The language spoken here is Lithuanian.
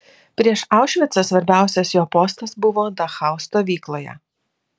prieš aušvicą svarbiausias jo postas buvo dachau stovykloje